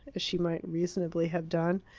as she might reasonably have done.